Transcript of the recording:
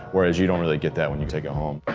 whereas you don't really get that when you take it home.